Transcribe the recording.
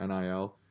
NIL